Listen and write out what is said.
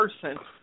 person